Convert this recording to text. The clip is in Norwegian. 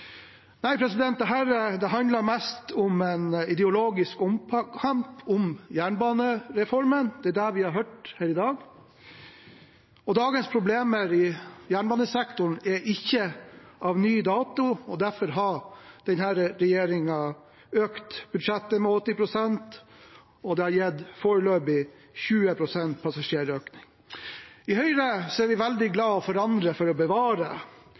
handler mest om en ideologisk omkamp om jernbanereformen – det er det vi har hørt her i dag. Dagens problemer i jernbanesektoren er ikke av ny dato, og derfor har denne regjeringen økt budsjettet med 80 pst. Det har foreløpig gitt en passasjerøkning på 20 pst. I Høyre er vi veldig glad i å forandre for å bevare.